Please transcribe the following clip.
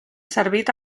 servit